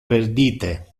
perdite